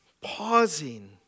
pausing